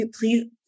please